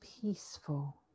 peaceful